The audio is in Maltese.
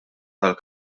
tal